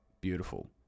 beautiful